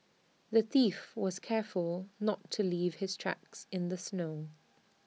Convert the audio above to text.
the thief was careful not to leave his tracks in the snow